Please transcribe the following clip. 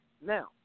Now